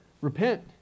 repent